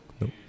No